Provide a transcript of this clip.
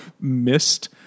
missed